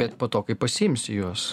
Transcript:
bet po to kai pasiimsi juos